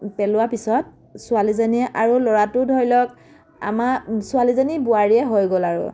পেলোৱা পিছত ছোৱালীজনীয়ে আৰু ল'ৰাটো ধৰি লওঁক আমাৰ ছোৱালীজনী বোৱাৰীয়ে হৈ গ'ল আৰু